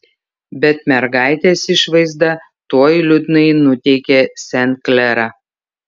bet mergaitės išvaizda tuoj liūdnai nuteikė sen klerą